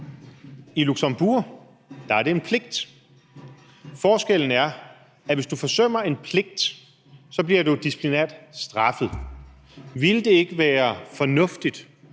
I Luxembourg er det en pligt, og forskellen er, at hvis du forsømmer en pligt, så bliver du disciplinært straffet. Ville det ikke være fornuftigt,